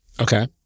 Okay